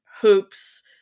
hoops